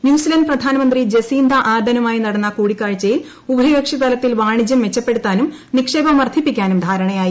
New Zealand പ്രധാനമന്ത്രി Jacinda ആർഡനുമായി നടന്ന കൂടിക്കാഴ്ചയിൽ ഉഭയകക്ഷിതലത്തിൽ വാണിജൃം മെച്ചപ്പെടുത്താനും നിക്ഷേപം വർദ്ധിപ്പിക്കാനും ധാരണയായി